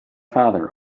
father